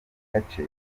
gace